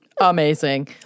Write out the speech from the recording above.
Amazing